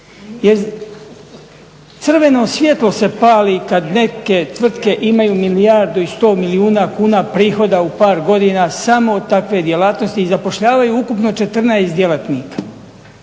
Crveno svjetlo se pali kad neke tvrtke imaju milijardu i 100 milijuna kuna prihoda u par godina samo od takve djelatnosti i zapošljavaju ukupno 14 djelatnika.